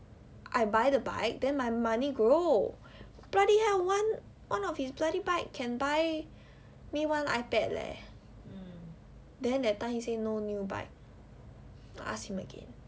I buy the bike then my money grow bloody hell one one of his bloody bike can buy me one ipad leh then that time he say no new bike I ask him again